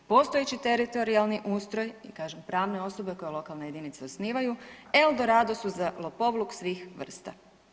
Postojeći teritorijalni ustroj i kažem pravne osobe koje lokalne jedinice osnivaju El Dorado su za lopovluk svih vrsta.